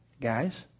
Guys